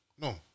No